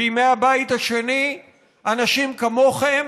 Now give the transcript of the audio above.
בימי הבית השני אנשים כמוכם